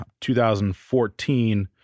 2014